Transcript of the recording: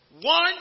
One